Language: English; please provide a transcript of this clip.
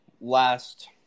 last